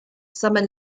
summer